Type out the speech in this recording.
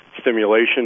stimulation